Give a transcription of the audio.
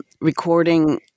recording